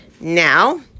Now